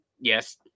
yes